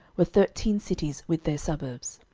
were thirteen cities with their suburbs.